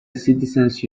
citizens